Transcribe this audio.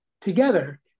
together